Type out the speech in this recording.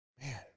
Man